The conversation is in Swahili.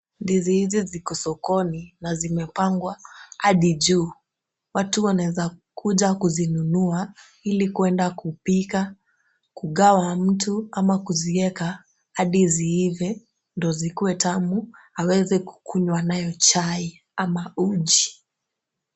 Ndizi hizi ziko sokoni na zimepangwa hadi juu. Watu wanaweza kuja kuzinunua, ili kwenda kupika, kugawa mtu ama kuzieka hadi ziive ndio zikuwe tamu, aweze kukunywa nayo chai ama uji.